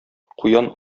куян